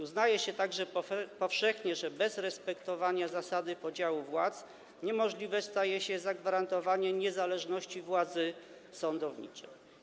Uznaje się także powszechnie, że bez respektowania zasady podziału władz niemożliwe staje się zagwarantowanie niezależności władzy sądowniczej.